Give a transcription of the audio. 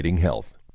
health